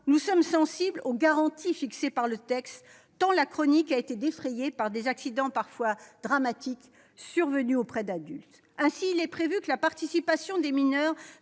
nous sommes sensibles aux garanties fixées par la proposition de loi, tant la chronique a été défrayée par des accidents parfois dramatiques survenus chez des adultes. Ainsi, il est prévu que la participation des mineurs